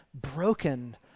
broken